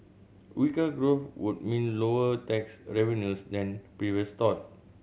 weaker growth would mean lower tax revenues than previous thought